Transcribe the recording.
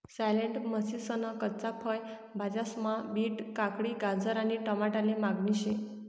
salad म्हनीसन कच्च्या फय भाज्यास्मा बीट, काकडी, गाजर आणि टमाटाले मागणी शे